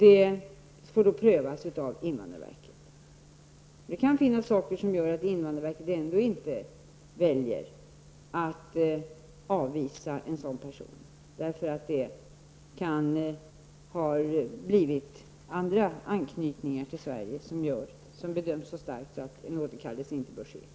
Det får sedan prövas av invandrarverket. Det kan finnas faktorer som gör att invandrarverket ändå inte väljer att avvisa en sådan person. Det kan t.ex. finnas andra anknytningar till Sverige som bedöms vara så starka att en återkallelse inte bör ske.